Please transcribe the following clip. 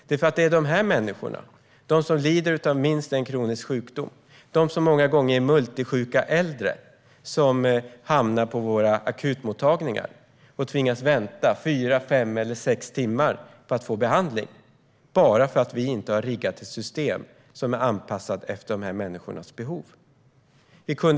Det är de människor som lider av minst en kronisk sjukdom eller de som är multisjuka äldre som tvingas vänta på akutmottagningar fyra, fem eller sex timmar på att få behandling, bara för att vi inte har riggat ett system som är anpassat efter dessa människors behov.